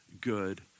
good